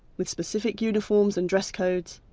with specific uniforms and dress codes,